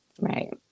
Right